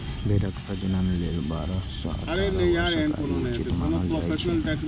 भेड़क प्रजनन लेल बारह सं अठारह वर्षक आयु उचित मानल जाइ छै